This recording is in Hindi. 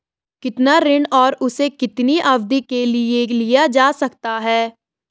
कितना ऋण और उसे कितनी अवधि के लिए लिया जा सकता है?